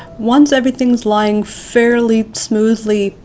once everything's lying fairly smoothly-ish,